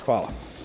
Hvala.